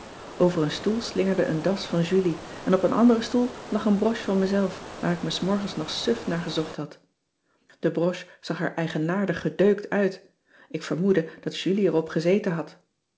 over een stoel slingerde een das van julie en op een anderen stoel lag een broche van mezelf waar ik me s morgens nog suf naar gezocht had de broche zag er eigenaardig gedeukt uit ik vermoedde dat julie erop gezeten had